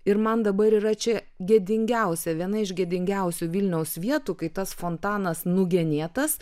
ir man dabar yra čia gėdingiausia viena iš gėdingiausių vilniaus vietų kai tas fontanas nugenėtas